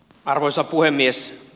arvoisa puhemies